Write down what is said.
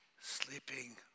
sleeping